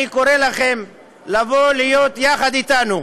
אני קורא לכם לבוא להיות יחד אתנו.